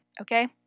okay